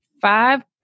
Five